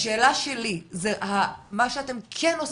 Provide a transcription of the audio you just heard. השאלה שלי זה מה שאתם כן עושים,